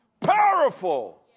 powerful